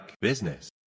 Business